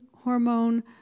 Hormone